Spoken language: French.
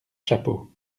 chapeaux